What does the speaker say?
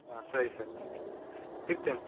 ಹಾಂ ಸರಿ ಸರಿ ಇಡ್ತೇನೆ